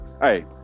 hey